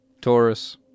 Taurus